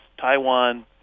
Taiwan